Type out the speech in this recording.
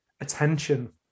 attention